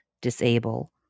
disable